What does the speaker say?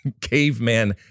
caveman